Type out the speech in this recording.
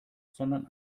sondern